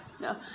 No